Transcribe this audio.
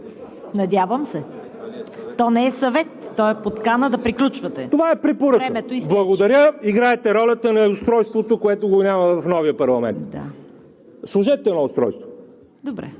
Надявам се, но не е съвет, а е подкана да приключвате. ВАЛЕРИ ЖАБЛЯНОВ: Това е препоръка, благодаря. Играете ролята на устройството, което го няма в новия парламент. Сложете едно устройство.